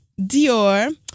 Dior